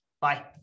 Bye